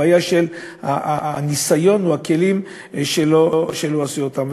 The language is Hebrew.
הבעיה היא של הניסיון או הכלים שלא השתמשו בהם.